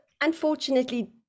unfortunately